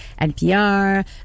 NPR